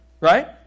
right